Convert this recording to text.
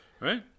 Right